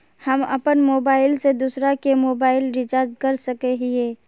हम अपन मोबाईल से दूसरा के मोबाईल रिचार्ज कर सके हिये?